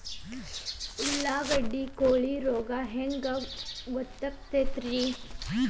ಉಳ್ಳಾಗಡ್ಡಿ ಕೋಳಿ ರೋಗ ಹ್ಯಾಂಗ್ ಗೊತ್ತಕ್ಕೆತ್ರೇ?